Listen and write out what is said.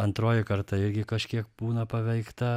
antroji karta irgi kažkiek būna paveikta